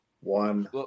One